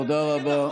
תודה רבה.